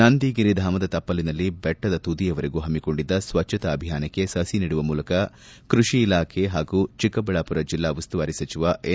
ನಂದಿಗಿರಿಧಾಮದ ತಪ್ಪಲಿನಿಂದ ಬೆಟ್ಟದ ತುದಿಯವರೆಗೂ ಪಮ್ಮಿಕೊಂಡಿದ್ದ ಸ್ವಚ್ಛತಾ ಅಭಿಯಾನಕ್ಕೆ ಸಸಿ ನೆಡುವ ಮೂಲಕ ಕೃಷಿ ಇಲಾಖೆ ಪಾಗೂ ಚಿಕ್ಕಬಳ್ಳಾಮರ ಜಿಲ್ಲಾ ಉಸ್ತುವಾರಿ ಸಚಿವ ಎನ್